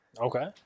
Okay